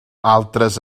altres